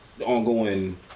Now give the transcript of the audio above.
ongoing